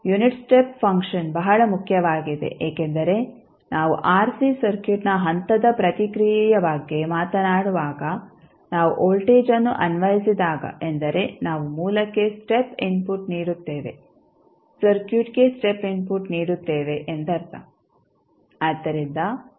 unit step function ಬಹಳ ಮುಖ್ಯವಾಗಿದೆ ಏಕೆಂದರೆ ನಾವು ಆರ್ಸಿ ಸರ್ಕ್ಯೂಟ್ನ ಹಂತದ ಪ್ರತಿಕ್ರಿಯೆಯ ಬಗ್ಗೆ ಮಾತನಾಡುವಾಗ ನಾವು ವೋಲ್ಟೇಜ್ಅನ್ನು ಅನ್ವಯಿಸಿದಾಗ ಎಂದರೆ ನಾವು ಮೂಲಕ್ಕೆ ಸ್ಟೆಪ್ ಇನ್ಫುಟ್ ನೀಡುತ್ತೇವೆ ಸರ್ಕ್ಯೂಟ್ಗೆ ಸ್ಟೆಪ್ ಇನ್ಪುಟ್ ನೀಡುತ್ತೇವೆ ಎಂದರ್ಥ